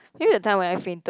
here's a time when I fainted